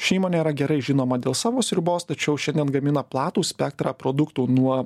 ši įmonė yra gerai žinoma dėl savo sriubos tačiau šiandien gamina platų spektrą produktų nuo